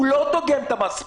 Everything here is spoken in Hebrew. הוא לא דוגם את המספרות,